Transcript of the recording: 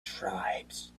tribes